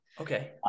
Okay